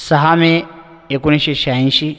सहा मे एकोणीसशे शहाऐंशी